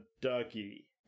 ducky